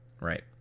Right